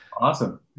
Awesome